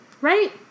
Right